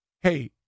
hey